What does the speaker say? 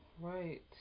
right